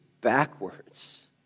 backwards